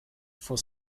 for